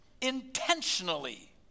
intentionally